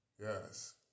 Yes